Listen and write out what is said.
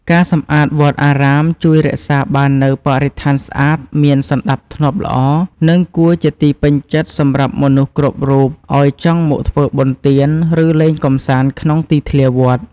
ការសម្អាតវត្តអារាម ជួយរក្សាបាននូវបរិស្ថានស្អាត មានសណ្តាប់ធ្នាប់ល្អ និងគួរជាទីពេញចិត្តសម្រាប់មនុស្សគ្រប់រូបឱ្យចង់មកធ្វើបុណ្យ ទានឫលេងកម្សាន្តក្នុងទីធ្លាវត្ត។